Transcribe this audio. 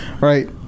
right